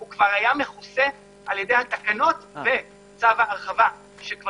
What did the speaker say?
הוא כבר היה מכוסה על-ידי התקנות וצו ההרחבה שכבר